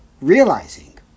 realizing